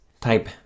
type